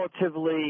relatively